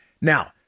Now